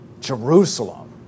Jerusalem